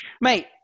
Mate